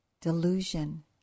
delusion